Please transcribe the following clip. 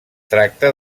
tracta